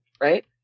Right